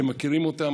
אתם מכירים אותם,